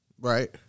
Right